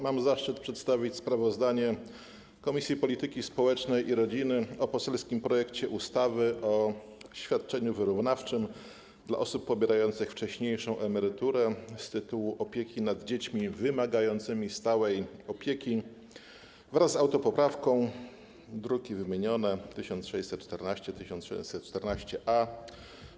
Mam zaszczyt przedstawić sprawozdanie Komisji Polityki Społecznej i Rodziny o poselskim projekcie ustawy o świadczeniu wyrównawczym dla osób pobierających wcześniejszą emeryturę z tytułu opieki nad dziećmi wymagającymi stałej opieki, wraz z autopoprawką, druki nr 1614 i 1614-A.